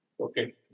Okay